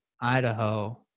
Idaho